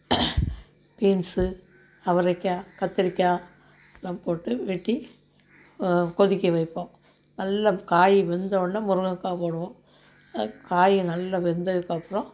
beans அவரைக்காய் கத்திரிக்காய் இதெலாம் போட்டு வெட்டி கொதிக்க வைப்போம் நல்லா காய் வெந்த உடனே முருங்கக்காய் போடுவோம் காய் நல்லா வெந்ததுக்கப்பறம்